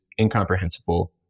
incomprehensible